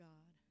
God